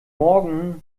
morgen